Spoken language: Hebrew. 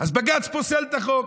אז בג"ץ פוסל את החוק.